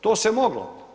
To se moglo.